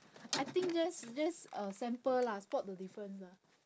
I think just just uh sample lah spot the difference ah